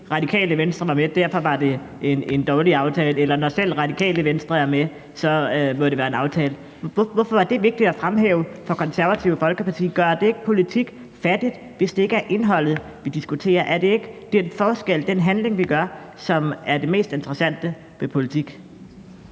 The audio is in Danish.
Radikale Venstre var med, og derfor var det en dårlig aftale – eller når selv Radikale Venstre er med, må det være en dårlig aftale? Hvorfor var det vigtigt at fremhæve for Det Konservative Folkeparti? Gør det ikke politik fattigt, hvis det ikke er indholdet, vi diskuterer? Er det ikke den forskel, den handling, vi gør, som er det mest interessante ved politik?